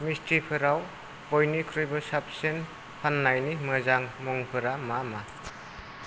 मिस्टिफोराव बयनिख्रुइबो साबसिन फान्नायनि मोजां मुंफोरा मा मा